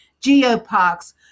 geoparks